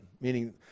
Meaning